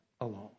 alone